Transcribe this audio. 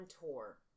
tour